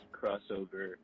crossover